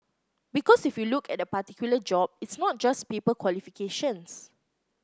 because if you look at a particular job it's not just paper qualifications